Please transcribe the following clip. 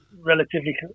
relatively